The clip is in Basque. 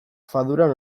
faduran